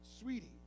Sweetie